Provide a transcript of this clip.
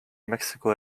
mexico